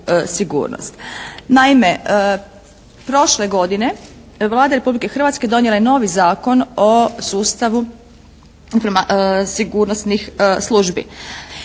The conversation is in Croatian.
Naime, prošle godine Vlada Republike Hrvatske donijela je novi Zakon o sustavu sigurnosnih službi.